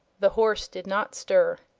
the horse did not stir.